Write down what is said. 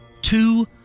two